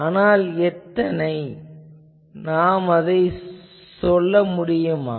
ஆனால் எத்தனை அதை நாம் சொல்ல முடியுமா